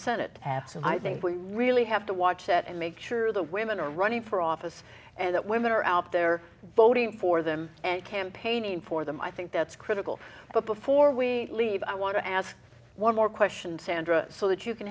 senate pass and i think we really have to watch it and make sure the women are running for office and that women are out there voting for them and campaigning for them i think that's critical but before we leave i want to ask one more question sandra so that you can